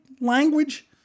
language